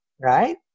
Right